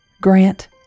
Grant